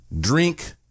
drink